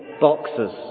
boxes